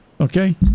Okay